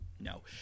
no